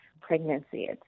pregnancy